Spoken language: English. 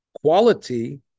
quality